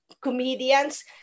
comedians